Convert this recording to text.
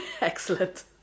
Excellent